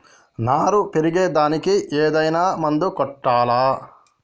నారు పెరిగే దానికి ఏదైనా మందు కొట్టాలా?